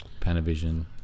Panavision